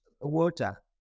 water